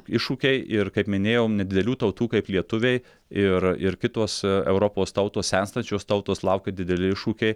iššūkiai ir kaip minėjau nedidelių tautų kaip lietuviai ir ir kitos europos tautos senstančios tautos laukia dideli iššūkiai